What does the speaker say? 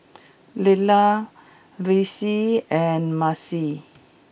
Lelah Reece and Maci